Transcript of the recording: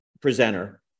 presenter